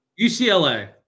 UCLA